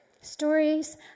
Stories